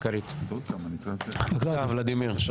בבקשה, ולדימיר.